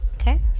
okay